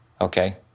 Okay